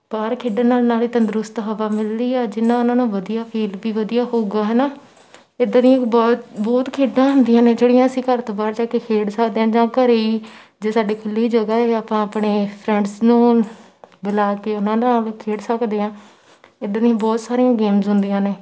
ਬਾਹਰ ਖੇਡਣ ਨਾਲ ਨਾਲੇ ਤੰਦਰੁਸਤ ਹਵਾ ਮਿਲਦੀ ਆ ਜਿੰਨਾਂ ਉਹਨਾਂ ਨੂੰ ਵਧੀਆ ਫੀਲ ਵੀ ਵਧੀਆ ਹੋਵੇਗਾ ਹੈ ਨਾ ਇੱਦਾਂ ਦੀਆਂ ਬਹੁਤ ਬਹੁਤ ਖੇਡਾਂ ਹੁੰਦੀਆਂ ਨੇ ਜਿਹੜੀਆਂ ਅਸੀਂ ਘਰ ਤੋਂ ਬਾਹਰ ਜਾ ਕੇ ਖੇਡ ਸਕਦੇ ਹਾਂ ਜਾਂ ਘਰੇ ਹੀ ਜੇ ਤੁਹਾਡੀ ਖੁੱਲੀ ਜਗ੍ਹਾ ਇਹ ਆਪਾਂ ਆਪਣੇ ਫਰੈਂਡਸ ਨੂੰ ਬੁਲਾ ਕੇ ਉਹਨਾਂ ਨਾਲ ਖੇਡ ਸਕਦੇ ਹਾਂ ਇੱਦਾਂ ਦੀਆਂ ਬਹੁਤ ਸਾਰੀਆਂ ਗੇਮਸ ਹੁੰਦੀਆਂ ਨੇ